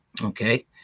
okay